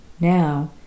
now